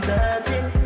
Searching